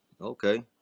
okay